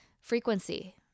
frequency